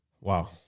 Wow